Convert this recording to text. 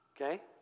Okay